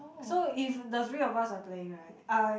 so if the three of us are playing right I